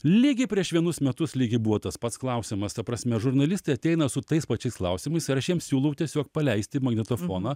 lygiai prieš vienus metus lygiai buvo tas pats klausimas ta prasme žurnalistai ateina su tais pačiais klausimais ir aš jiems siūlau tiesiog paleisti magnetofoną